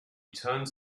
turns